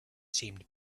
seemed